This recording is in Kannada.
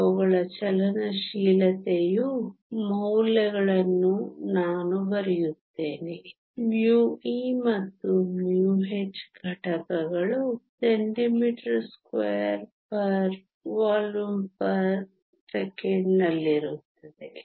ಅವುಗಳ ಚಲನಶೀಲತೆಯ ಮೌಲ್ಯಗಳನ್ನು ನಾನು ಬರೆಯುತ್ತೇನೆ μe ಮತ್ತು μh ಘಟಕಗಳು cm2 v 1 s 1 ನಲ್ಲಿರುತ್ತವೆ